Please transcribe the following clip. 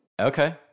Okay